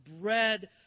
bread